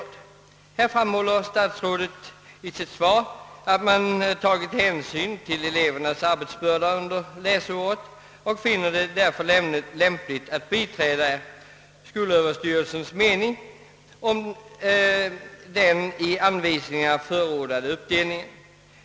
I sitt svar framhåller statsrådet att man tagit hänsyn till elevernas arbetsbörda under läsåret, och han finner det därför lämpligt att biträda skolöverstyrelsens mening om den i anvisningarna förordade fördelningen.